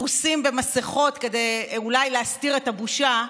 מכוסים במסכות, אולי כדי להסתיר את הבושה,